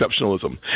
exceptionalism